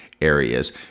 areas